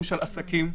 של עסקים.